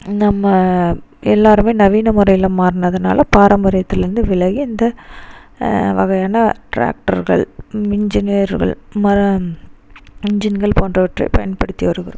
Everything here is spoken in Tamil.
நம்ம எல்லோருமே நவீன முறையில மாறுனதினால பாரம்பரியத்துலேந்து விலகி இந்த வகையான டிராக்டர்கள் இன்ஜினீயர்கள் இன்ஜின்கள் போன்றவற்றை பயன்படுத்தி வருகிறோம்